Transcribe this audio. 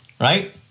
right